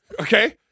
Okay